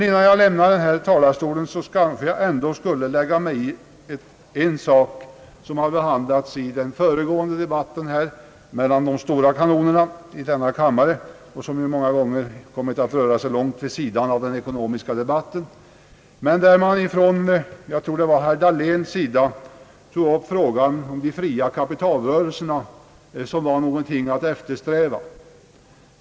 Innan jag lämnar denna talarstol skulle jag vilja lägga mig i en sak som behandlats i den föregående debatten mellan »de stora kanonerna» i denna kammare, den debatt som stundom kommit att föras långt vid sidan om de ekonomiska frågorna. Jag tror det var herr Dahlén som pekade på de fria kapitalrörelserna såsom någonting att eftersträva.